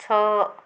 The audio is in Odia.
ଛଅ